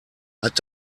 hat